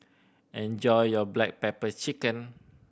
enjoy your black pepper chicken